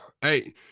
Hey